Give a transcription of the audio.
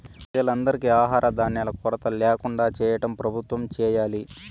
ప్రజలందరికీ ఆహార ధాన్యాల కొరత ల్యాకుండా చేయటం ప్రభుత్వం చేయాలి